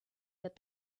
that